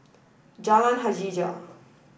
Jalan Hajijah